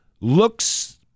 looks